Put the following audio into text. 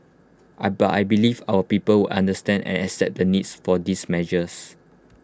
I but I believe our people will understand and accept the needs for these measures